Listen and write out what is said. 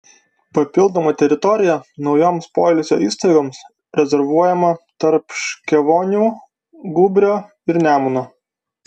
papildoma teritorija naujoms poilsio įstaigoms rezervuojama tarp škėvonių gūbrio ir nemuno